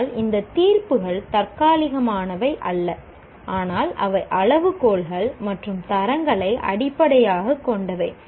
ஆனால் இந்த தீர்ப்புகள் தற்காலிகமானவை அல்ல ஆனால் அவை அளவுகோல்கள் மற்றும் தரங்களை அடிப்படையாகக் கொண்டவை